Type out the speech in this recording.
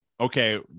Okay